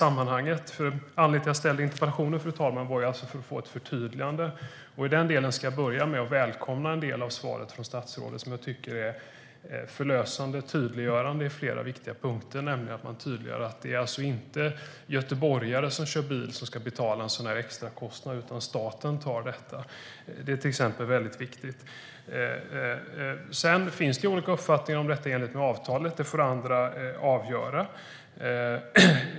Anledningen till min interpellation var att jag ville få ett förtydligande. I det avseendet välkomnar jag en del av svaret från statsrådet, som jag tycker är förlösande och tydliggörande på flera viktiga punkter. Man tydliggör att det alltså inte är göteborgare som kör bil som ska betala en extra kostnad, utan staten tar detta. Det är viktigt. Sedan finns det olika uppfattningar när det gäller om detta är i enlighet med avtalet. Det får andra avgöra.